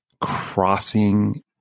crossing